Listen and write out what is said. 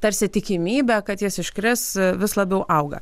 tarsi tikimybė kad jis iškris vis labiau auga